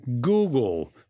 Google